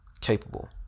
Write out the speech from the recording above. Capable